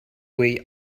way